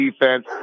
defense